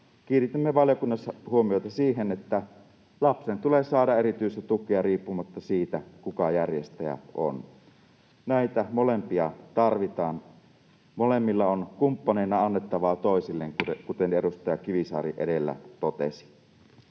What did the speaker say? Kiinnitimme valiokunnassa huomiota siihen, että lapsen tulee saada erityistä tukea riippumatta siitä, kuka järjestäjä on. Näitä molempia tarvitaan, molemmilla on kumppaneina annettavaa toisilleen, kuten edustaja Kivisaari edellä totesi.